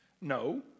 No